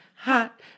Hot